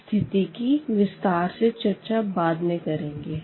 इस स्थिति की विस्तार से चर्चा बाद में करेंगे